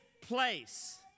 place